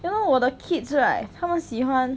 cannot 我的 kids right 他们喜欢